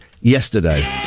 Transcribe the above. yesterday